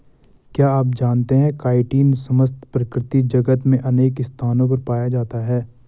क्या आप जानते है काइटिन समस्त प्रकृति जगत में अनेक स्थानों पर पाया जाता है?